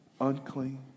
unclean